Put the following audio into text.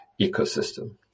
ecosystem